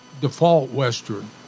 default-Western